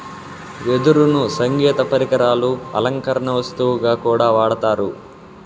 వెదురును సంగీత పరికరాలు, అలంకరణ వస్తువుగా కూడా వాడతారు